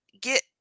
get